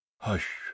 Hush